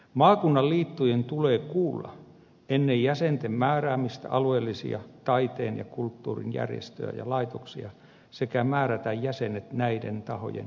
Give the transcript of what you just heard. maakunnan liittojen tulee kuulla ennen jäsenten määräämistä alueellisia taiteen ja kulttuurin järjestöjä ja laitoksia sekä määrätä jäsenet näiden tahojen ehdottamista henkilöistä